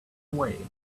away